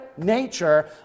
nature